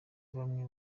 bamwe